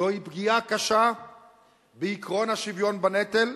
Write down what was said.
זוהי פגיעה קשה בעקרון השוויון בנטל,